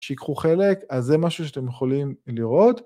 שיקחו חלק, אז זה משהו שאתם יכולים לראות.